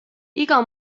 iga